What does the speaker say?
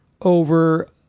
over